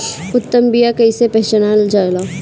उत्तम बीया कईसे पहचानल जाला?